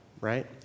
right